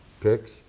picks